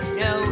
no